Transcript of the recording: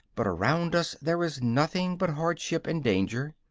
but around us there is nothing but hardship and danger.